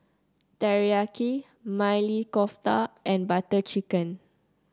Teriyaki Maili Kofta and Butter Chicken